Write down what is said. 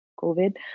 COVID